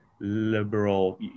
liberal